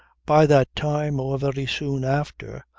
by that time, or very soon after,